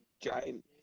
giant